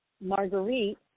Marguerite